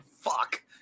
fuck